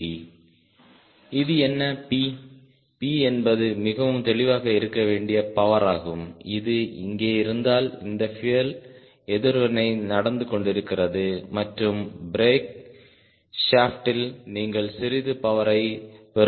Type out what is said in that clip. P என்பது மிகவும் தெளிவாக இருக்க வேண்டிய பவர் ஆகும் இது இங்கே இருந்தால் இந்த பியூயல் எதிர்வினை நடந்து கொண்டிருக்கிறது மற்றும் பிரேக் ஷாஃப்ட்டில் நீங்கள் சிறிது பவரைப் பெறுகிறீர்கள்